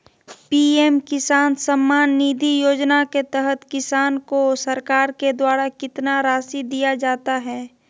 PM किसान सम्मान निधि योजना के तहत किसान को सरकार के द्वारा कितना रासि दिया जाता है?